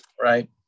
right